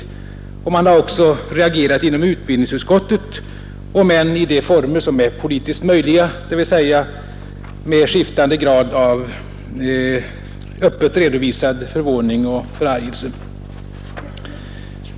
Utbildningsutskottet har också reagerat, om än bara i de former som är politiskt möjligt, dvs. med skiftande grad av öppet redovisad förvåning och förargelse.